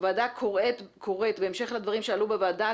הוועדה קוראת למשרד הבריאות בהמשך לדברים שעלו בוועדה,